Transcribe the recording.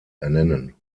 ernennen